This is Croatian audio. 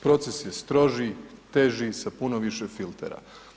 Proces je stroži, teži, sa puno više filtera.